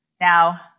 Now